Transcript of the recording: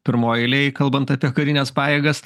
pirmoj eilėj kalbant apie karines pajėgas